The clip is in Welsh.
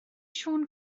siôn